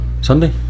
Sunday